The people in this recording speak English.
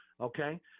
okay